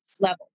level